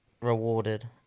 rewarded